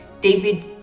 David